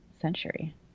century